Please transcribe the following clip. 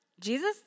Jesus